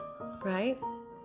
right